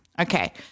Okay